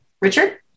Richard